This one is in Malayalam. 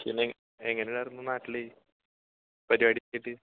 പിന്നെ എങ്ങനെ ഉണ്ടായിരുന്നു നാട്ടിൽ പരിപാടിയൊക്കെയായിട്ട്